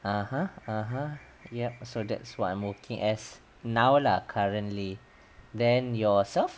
(uh huh) (uh huh) yup so that's what I'm working as now lah currently then yourself